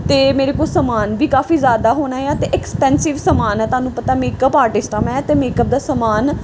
ਅਤੇ ਮੇਰੇ ਕੋਲ ਸਮਾਨ ਵੀ ਕਾਫ਼ੀ ਜ਼ਿਆਦਾ ਹੋਣਾ ਆ ਅਤੇ ਐਕਸਪੈਂਸਿਵ ਸਮਾਨ ਹੈ ਤੁਹਾਨੂੰ ਪਤਾ ਮੇਕਅਪ ਆਰਟਿਸਟ ਹਾਂ ਮੈਂ ਅਤੇ ਮੇਕਅਪ ਦਾ ਸਮਾਨ